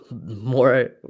more